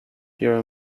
hero